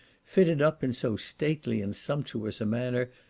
fitted up in so stately and sumptuous a manner,